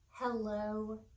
Hello